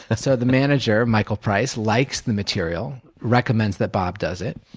and so the manager, michael price, likes the material, recommends that bob does it.